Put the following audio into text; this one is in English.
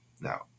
Now